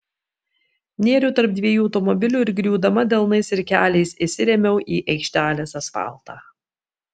nėriau tarp dviejų automobilių ir griūdama delnais ir keliais įsirėmiau į aikštelės asfaltą